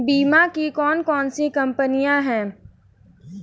बीमा की कौन कौन सी कंपनियाँ हैं?